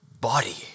body